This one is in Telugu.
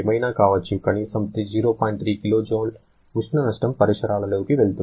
3 kJ ఉష్ణ నష్టం పరిసరాల లోకి వెళ్తుంది